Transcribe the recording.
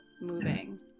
moving